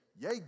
Yay